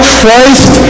Christ